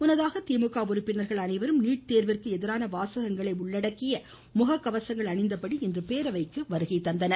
முன்னதாக திமுக உறுப்பினர்கள் அனைவரும் நீட் தேர்விற்கு எதிரான வாசகங்களை உள்ளடக்கிய முகக் கவசங்கள் அணிந்தபடி இன்று பேரவைக்கு வந்திருந்தனர்